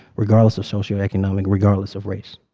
regardless of socioeconomic, regardless of race